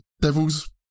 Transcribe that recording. Devil's